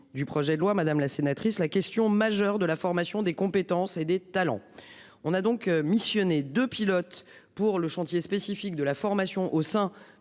du projet de loi, madame la sénatrice. La question majeure de la formation des compétences et des talents. On a donc missionné de pilotes pour le chantier spécifique de la formation au sein